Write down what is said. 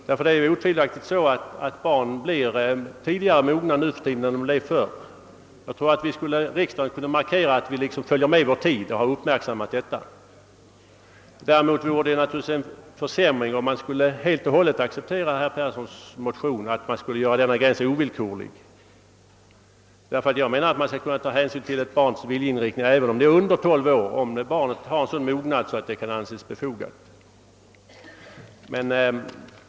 Barn blir utan tvivel mogna tidigare nu än förr, och jag tycker att riksdagen bör markera att vi har uppmärksammat det förhållandet. Däremot vore det en försämring att acceptera herr Perssons motion helt och hållet och göra gränsen ovillkorlig. Jag menar att vi skall ta hänsyn till ett barns viljeinriktning även om det är under 12 år, om barnet har sådan mognad att detta kan anses vara befogat.